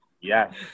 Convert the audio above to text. Yes